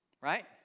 right